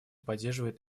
поддерживает